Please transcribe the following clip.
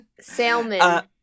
Salmon